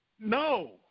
No